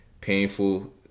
painful